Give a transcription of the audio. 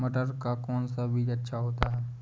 मटर का कौन सा बीज अच्छा होता हैं?